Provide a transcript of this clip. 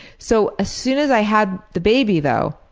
so as soon as i had the baby, though,